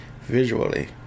visually